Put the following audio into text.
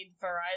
variety